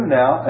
now